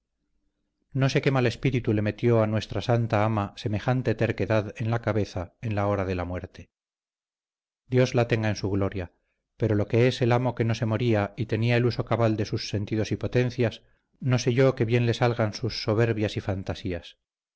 no sé que mal espíritu le metió a nuestra santa ama semejante terquedad en la cabeza en la horade la muerte dios la tenga en su gloria pero lo que es el amo que no se moría y tenía el uso cabal de sus sentidos y potencias no sé yo que bien le salgan sus soberbias y fantasías